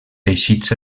teixits